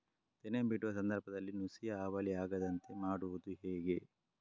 ತೆನೆ ಬಿಡುವ ಸಂದರ್ಭದಲ್ಲಿ ನುಸಿಯ ಹಾವಳಿ ಆಗದಂತೆ ಮಾಡುವುದು ಹೇಗೆ?